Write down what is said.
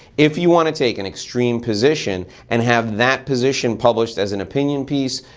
if you wanna take an extreme position and have that position published as an opinion piece,